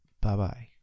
Bye-bye